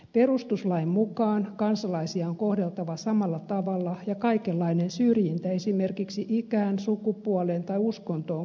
perustuslain mukaan kansalaisia on kohdeltava samalla tavalla ja kaikenlainen syrjintä esimerkiksi ikään sukupuoleen tai uskontoon katsoen on kielletty